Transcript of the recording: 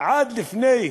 לפני